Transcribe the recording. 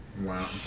Wow